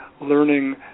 learning